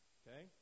okay